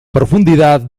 profundidad